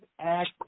act